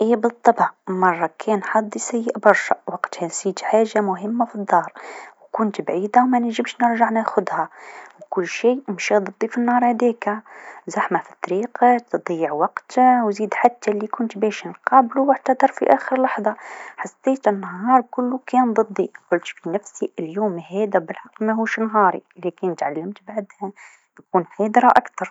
إيه بالطبع، مره كان حظي سيء برشا و قتها نسيت حاجه مهمه في الدار، كنت بعيده و منجمش نرجع ناخذها و كل شيء مشى ضدي في نهار هاذيك، زحمة في الطريق، تضييع وقت و زيد حتى لكنت ماشيه نقابلو إعتذر في آخر لحظه، حسيت النهار كلو كان ضدي، قلت في نفسي اليوم هذا بالحق ماهوش نهاري لكن تعلمت بعدها نكون حذرا أكثر.